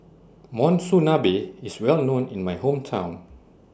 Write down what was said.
Monsunabe IS Well known in My Hometown